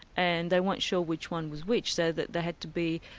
and they weren't sure which one was which, so that there had to be